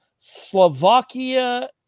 Slovakia